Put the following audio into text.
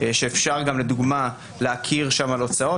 כך שאפשר גם, לדוגמה, להכיר הוצאות.